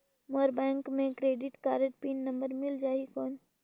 मोर bank मे credit card PIN number मिल जाहि कौन?